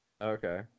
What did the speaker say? Okay